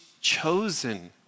chosen